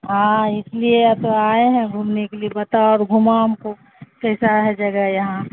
ہاں اس لیے ا تو آئے ہیں گھومنے کے لیے بتا اور گھماؤ خوب کیسا ہے جگہ یہاں